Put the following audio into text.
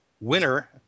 winner